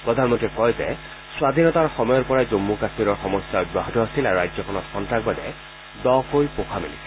প্ৰধানমন্ত্ৰীয়ে কয় যে স্বাধীনতাৰ সময়ৰ পৰাই জম্মু কাশ্মীৰৰ সমস্যা অব্যাহত আছিল আৰু ৰাজ্যখনত সন্তাসবাদে দকৈ পোখা মেলিছিল